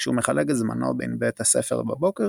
כשהוא מחלק את זמנו בין בית הספר בבוקר